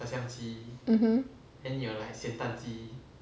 mmhmm